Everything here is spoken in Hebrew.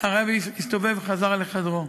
הרבי הסתובב וחזר לחדרו.